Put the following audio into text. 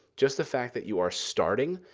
just the fact that you are starting,